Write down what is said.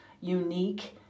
unique